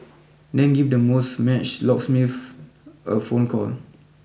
then give the most matched locksmiths a phone call